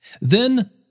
Then